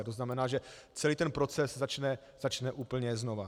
To znamená, že celý ten proces začne úplně znova.